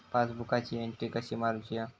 पासबुकाची एन्ट्री कशी मारुची हा?